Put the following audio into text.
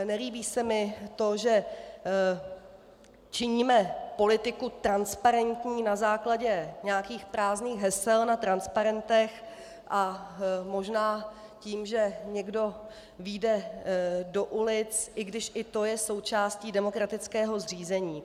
Nelíbí se mi to, že činíme politiku transparentní na základě nějakých prázdných hesel na transparentech a možná tím, že někdo vyjde do ulic, i když i to je součástí demokratického zřízení.